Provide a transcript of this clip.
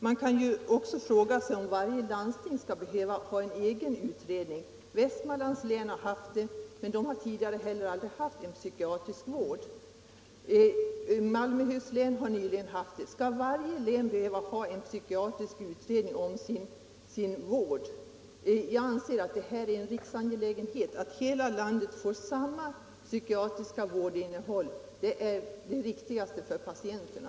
Man kan också fråga sig om varje landsting skall behöva göra en egen utredning. Västmanlands län har gjort det. Där har man tidigare heller aldrig haft psykiatrisk vård. Malmöhus län har nyligen gjort en utredning. Skall varje län behöva göra en utredning om sin psykiatriska vård? Jag anser att det är en riksangelägenhet att den psykiatriska vården får samma innehåll över hela landet. Det är det viktigaste för patienterna.